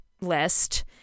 list